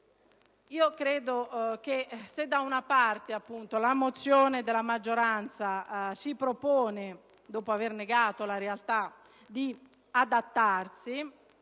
Credo che, se da un lato la mozione della maggioranza si propone, dopo aver negato la realtà, di adattarsi